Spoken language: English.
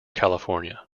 california